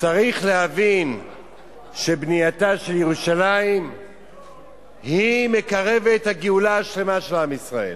צריך להבין שבנייתה של ירושלים מקרבת את הגאולה השלמה של עם ישראל.